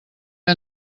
que